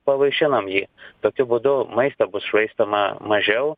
pavaišinam jį tokiu būdu maisto bus švaistoma mažiau